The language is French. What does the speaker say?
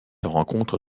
rencontre